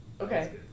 Okay